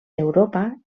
d’europa